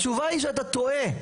התשובה היא שאתה טועה.